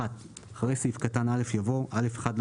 אחרי סעיף קטן (א) יבוא: "(א1) לא